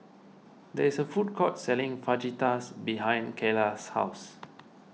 there is a food court selling Fajitas behind Keyla's house